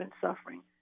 suffering